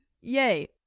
Yay